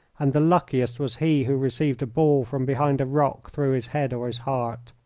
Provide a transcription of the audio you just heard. and the luckiest was he who received a ball from behind a rock through his head or his heart.